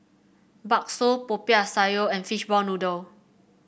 bakso Popiah Sayur and Fishball Noodle